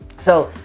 so,